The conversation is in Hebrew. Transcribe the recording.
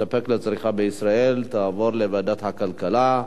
מספיק לצריכה בישראל, תעבור לוועדת הכלכלה.